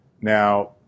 Now